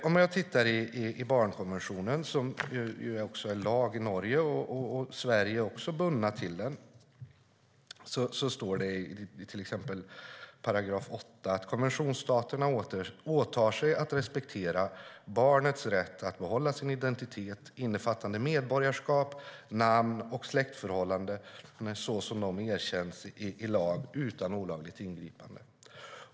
Om jag tittar i barnkonventionen, som är lag i Norge och som Sverige också är bunden av, står det i 8 §: "Konventionsstaterna åtar sig att respektera barnets rätt att behålla sin identitet, innefattande medborgarskap, namn och släktförhållanden såsom dessa erkänns i lag, utan olagligt ingripande.